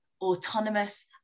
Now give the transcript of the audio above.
autonomous